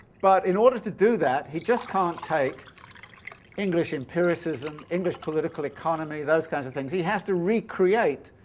but in order to do that, he just can't take english empiricism, english political economy, those kinds of things. he has to recreate,